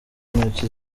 intoki